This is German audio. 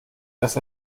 dass